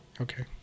Okay